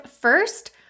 first